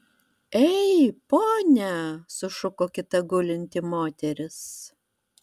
ei pone sušuko kita gulinti moteris